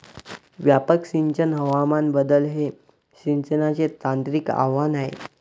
व्यापक सिंचन हवामान बदल हे सिंचनाचे तांत्रिक आव्हान आहे